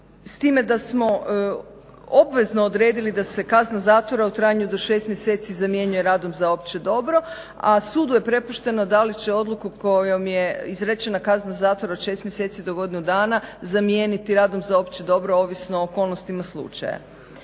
s time da smo obvezno odredili da se kazna zatvora u trajanju do 6 mjeseci zamjenjuje radom za opće dobro, a sudu je prepušteno da li će odluku kojom je izrečena kazna zatvora od 6 mjeseci do godinu dana zamijeniti radom za opće dobro ovisno o okolnostima slučaja.